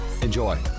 Enjoy